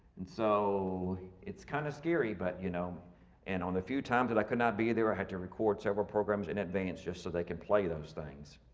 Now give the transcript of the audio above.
and so it's kind of scary, but you know and on the few times that i could not be there, i had to record several programs in advance just so they can play those things.